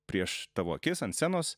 prieš tavo akis ant scenos